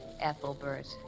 Ethelbert